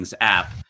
app